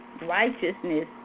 righteousness